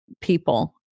people